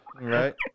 Right